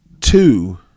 two